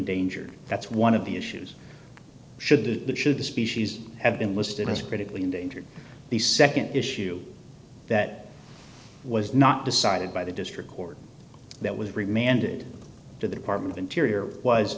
dangered that's one of the issues should the should the species have been listed as critically endangered the nd issue that was not decided by the district court that was remanded to the department of interior was